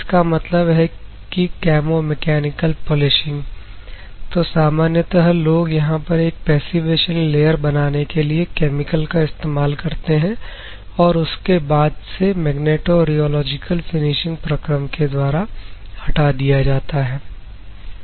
जिसका मतलब है कि केमो मैकेनिकल पॉलिशिंग तो सामान्यतः लोग यहां पर एक पैस्सिवेशन लेयर बनाने के लिए केमिकल का इस्तेमाल करते हैं और उसके बाद से मैग्नेटोियोलॉजिकल फिनिशिंग प्रक्रम के द्वारा हटा दिया जाता है